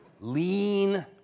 ...lean